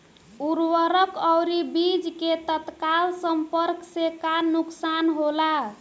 उर्वरक और बीज के तत्काल संपर्क से का नुकसान होला?